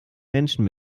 menschen